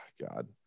God